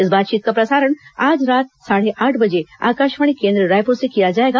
इस बातचीत का प्रसारण आज रात साढ़े आठ बजे आकाशवाणी केन्द्र रायपुर से किया जाएगा